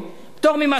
פטור ממס שבח,